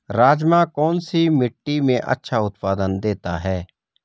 राजमा कौन सी मिट्टी में अच्छा उत्पादन देता है?